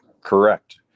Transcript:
Correct